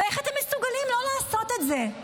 ואיך אתם מסוגלים לא לעשות את זה?